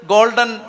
Golden